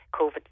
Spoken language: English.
COVID